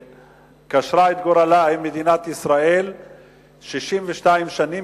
שקשרה את גורלה עם מדינת ישראל 62 שנה,